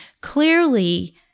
clearly